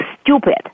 stupid